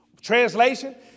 Translation